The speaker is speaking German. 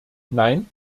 nein